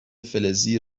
فلزی